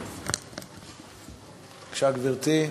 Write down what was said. בבקשה, גברתי.